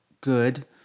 good